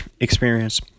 experience